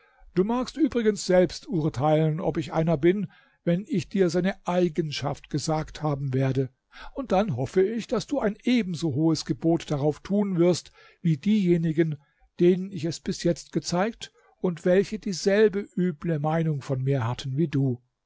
du magst übrigens selbst urteilen ob ich einer bin wenn ich dir seine eigenschaft gesagt haben werde und dann hoffe ich daß du ein ebenso hohes gebot darauf tun wirst wie diejenigen denen ich es bis jetzt gezeigt und welche dieselbe üble meinung von mir hatten wie du